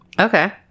Okay